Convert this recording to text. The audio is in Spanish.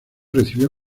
recibió